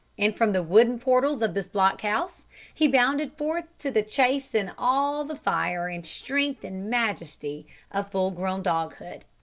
and from the wooden portals of this block-house he bounded forth to the chase in all the fire, and strength, and majesty of full-grown doghood.